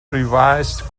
revised